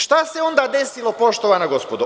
Šta se onda desilo, poštovana gospodo?